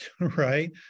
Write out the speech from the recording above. right